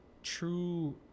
True